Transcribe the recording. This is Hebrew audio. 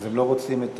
אז הם לא רוצים את